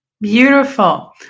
Beautiful